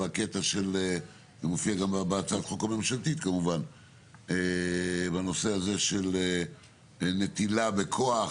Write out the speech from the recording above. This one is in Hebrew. זה מופיע גם בהצעת החוק הממשלתית בנושא הזה של נטילה בכוח.